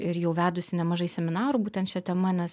ir jau vedusi nemažai seminarų būtent šia tema nes